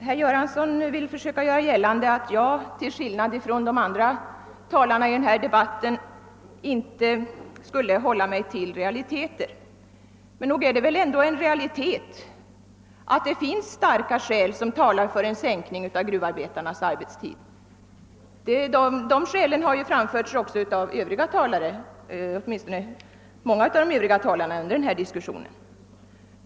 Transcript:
Herr talman! Herr Göransson försökte göra gällande att jag till skillnad från de andra talarna i denna debatt inte hade hållit mig till realiteter. Men nog är det väl en realitet att det finns starka skäl som talar för en sänkning av gruvarbetarnas arbetstid? De skälen har framförts även av många andra talare i denna diskussion.